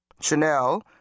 Chanel